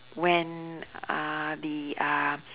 when uh the uh